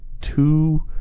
two